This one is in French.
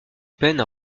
peine